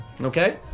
Okay